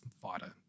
fighter